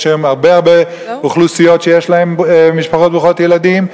יש היום הרבה-הרבה אוכלוסיות שיש בהן משפחות ברוכות ילדים,